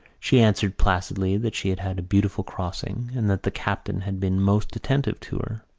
she answered placidly that she had had a beautiful crossing and that the captain had been most attentive to her.